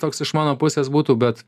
toks iš mano pusės būtų bet